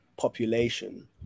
population